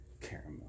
Caramel